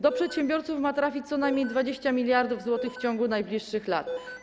Do przedsiębiorców ma trafić co najmniej 20 mld zł w ciągu najbliższych lat.